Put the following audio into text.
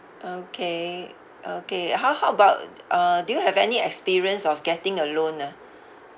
okay okay how how about uh do you have any experience of getting a loan ah